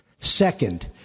Second